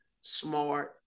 smart